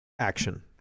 action